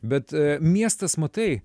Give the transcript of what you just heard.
bet miestas matai